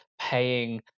paying